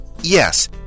Yes